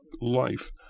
life